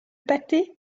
pâté